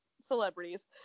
celebrities